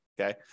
okay